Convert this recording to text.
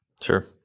Sure